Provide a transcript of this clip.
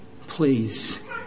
please